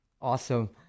Awesome